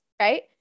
Right